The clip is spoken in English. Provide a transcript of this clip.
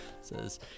says